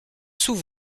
sous